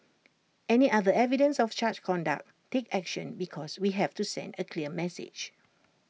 any other evidence of such conduct take action because we have to send A clear message